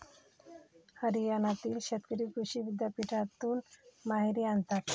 हरियाणातील शेतकरी कृषी विद्यापीठातून मोहरी आणतात